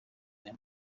aya